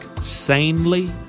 sanely